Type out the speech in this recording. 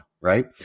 right